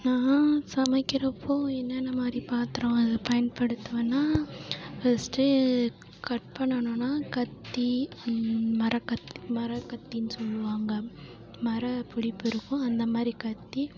நான் சமைக்கிறப்போது என்னென்னமாதிரி பாத்திரம் அது பயன்படுத்துவேனால் ஃபர்ஸ்ட்டு கட் பண்ணணுன்னால் கத்தி மரக்கத்தி மரக்கத்தின்னு சொல்லுவாங்க மரப்பிடிப்பு இருக்கும் அந்தமாதிரி கத்தி